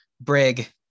Brig